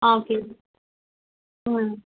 ஆ okay ம்